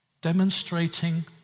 demonstrating